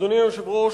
אדוני היושב-ראש,